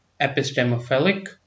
epistemophilic